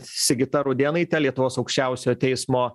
sigita rudėnaitė lietuvos aukščiausiojo teismo